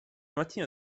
mattina